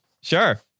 Sure